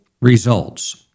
results